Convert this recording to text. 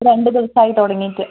രണ്ട് ദിവസമായി തുടങ്ങിയിട്ട്